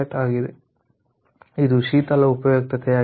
ಇದು ಶೀತಲ ಉಪಯುಕ್ತತೆಯಾಗಿದೆ